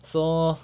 so